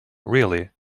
really